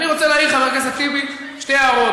אני רוצה להעיר לחבר הכנסת טיבי שתי הערות,